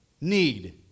need